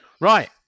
Right